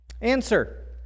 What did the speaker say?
Answer